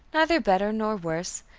neither better nor worse,